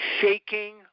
shaking